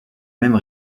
même